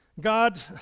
God